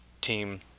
team